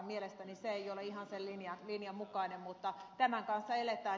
mielestäni se ei ole ihan sen linjan mukainen mutta tämän kanssa eletään